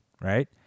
right